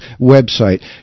website